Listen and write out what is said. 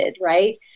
right